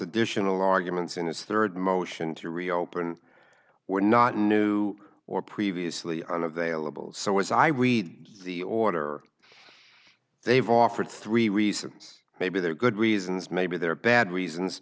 additional arguments in its third motion to reopen were not new or previously unavailable so as i read the order they've offered three reasons maybe they're good reasons maybe they're bad reasons